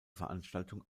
veranstaltung